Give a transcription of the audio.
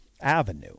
avenue